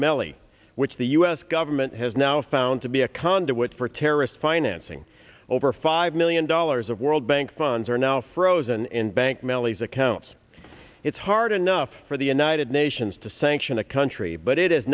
melli which the us government has now found to be a conduit for terrorist financing over five million dollars of world bank funds are now frozen in bank melis accounts it's hard enough for the united nations to sanction a country but it is